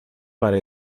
para